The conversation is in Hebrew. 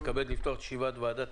אני פותח את ישיבת ועדת